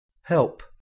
Help